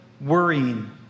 worrying